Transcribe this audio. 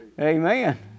Amen